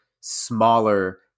smaller